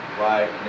right